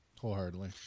wholeheartedly